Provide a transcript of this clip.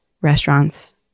restaurants